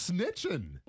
Snitching